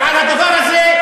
ועל הדבר הזה,